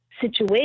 situation